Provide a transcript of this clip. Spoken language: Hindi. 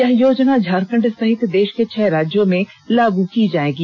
यह योजना झारखण्ड सहित देष के छह राज्यों में लागू की जायेगी